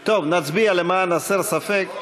טוב, נצביע, למען הסר ספק.